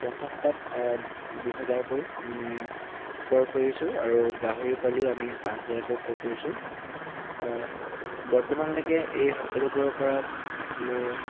পঞ্চাছটাত দুহেজাৰকৈ ক্ৰয় কৰিছোঁ আৰু গাহৰি পোৱালিও আমি পাঁচ হাজাৰকৈ ক্ৰয় কৰিছোঁ বৰ্তমানলৈকে এই সকলোবোৰৰ পৰা মোৰ